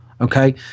Okay